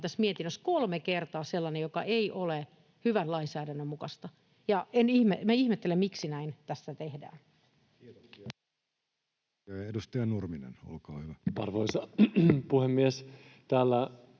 tässä mietinnössä mainitaan kolme kertaa sellainen, joka ei ole hyvän lainsäädännön mukaista. Ihmettelen, miksi tässä näin tehdään. Kiitoksia. — Edustaja Nurminen, olkaa hyvä. Arvoisa puhemies! Täällä